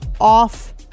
off